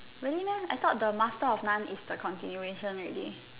really meh I thought the master of none is the continuation already